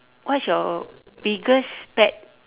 what is your biggest pet